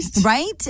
Right